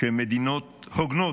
שהן מדינות הוגנות,